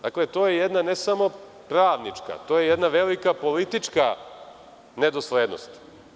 Dakle, to je jedna, ne samo pravnička, to je jedna velika politička nedoslednost.